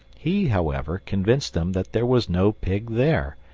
he, however, convinced them that there was no pig there,